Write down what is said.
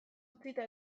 utzita